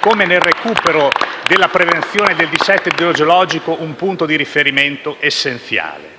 come nel recupero della prevenzione e del dissesto idrogeologico, un punto di riferimento essenziale.